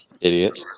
Idiot